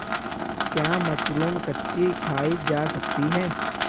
क्या मशरूम कच्ची खाई जा सकती है?